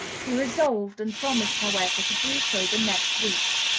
he resolved and promised, however, to do so the next week.